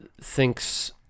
thinks